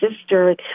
sister